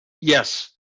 yes